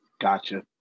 Gotcha